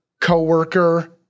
coworker